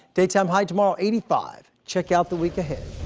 daytime high tomorrow, eighty five. check out the week ahead.